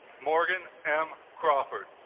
morgan m crawford